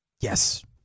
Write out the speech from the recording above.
Yes